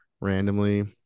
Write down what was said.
randomly